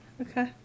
Okay